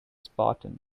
spartan